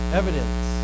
evidence